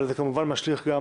אבל זה כמובן משליך גם